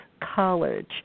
College